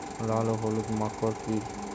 লাল ও হলুদ মাকর কী?